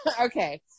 Okay